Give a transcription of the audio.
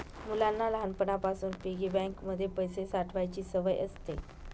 मुलांना लहानपणापासून piggy bank मध्ये पैसे साठवायची सवय असते